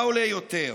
מה עולה יותר,